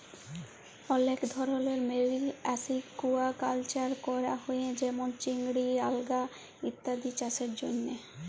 অলেক ধরলের মেরিল আসিকুয়াকালচার ক্যরা হ্যয়ে যেমল চিংড়ি, আলগা ইত্যাদি চাসের জন্হে